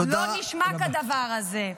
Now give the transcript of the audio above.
לא נשמע כדבר הזה.